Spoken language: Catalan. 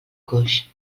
coix